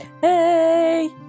hey